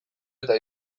eta